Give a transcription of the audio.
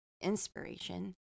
inspiration